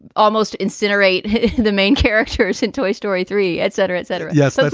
almost incinerate the main characters in toy story three, et cetera, et cetera. yeah so